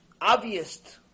obvious